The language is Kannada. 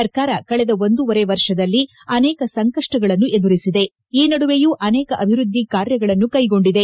ಸರ್ಕಾರ ಕಳೆದ ಒಂದುವರೆವರ್ಷದಲ್ಲಿ ಅನೇಕ ಸಂಕಪ್ಪಗಳನ್ನು ಎದುರಿಸಿದೆ ಈ ನಡುವೆಯೂ ಅನೇಕ ಅಭವ್ಯದ್ವಿ ಕಾರ್ಯಗಳನ್ನು ಕೈಗೊಂಡಿದೆ